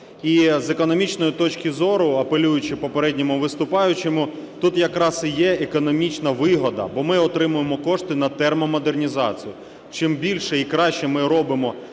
І з економічної точки зору, апелюючи попередньому виступаючому, тут якраз і є економічна вигода, бо ми отримуємо кошти на термомодернізацію. Чим більше і краще ми робимо термомодернізацію,